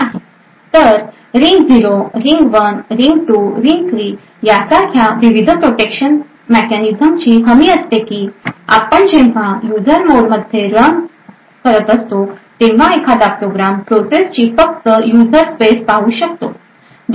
तर ring 0 ring 1 ring 2 आणि ring 3 यासारख्या विविध प्रोटेक्शन मेकॅनिझमची हमी असते की आपण जेव्हा यूजर मोड मध्ये रन करत असतो तेव्हा एखादा प्रोग्राम प्रोसेसची फक्त युजर स्पेस पाहू शकतो